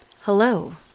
Hello